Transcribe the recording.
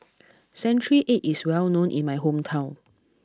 Century Egg is well known in my hometown